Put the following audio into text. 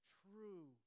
true